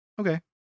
okay